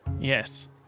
Yes